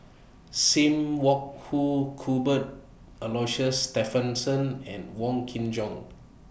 SIM Wong Hoo Cuthbert Aloysius Shepherdson and Wong Kin Jong